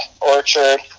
orchard